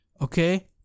okay